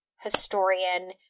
historian